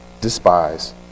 despise